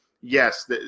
yes